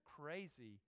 crazy